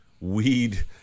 Weed